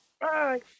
Bye